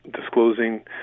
disclosing